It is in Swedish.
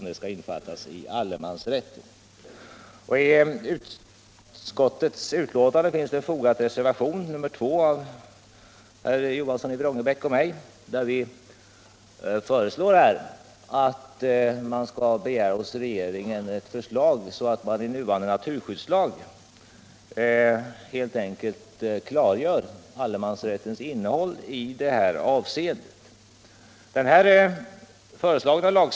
Till utskottsbetänkandet har herr Johansson i Vrångebäck och jag fogat en reservation nr 2, där vi föreslår att riksdagen hos regeringen skall begära ett förslag om att allemansrättens innebörd i det här avseendet skall klargöras i nuvarande naturvårdslag.